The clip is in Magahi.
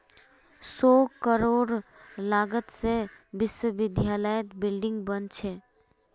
सौ करोड़ लागत से विश्वविद्यालयत बिल्डिंग बने छे